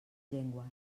llengües